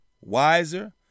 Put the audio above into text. wiser